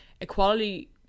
equality